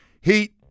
Heat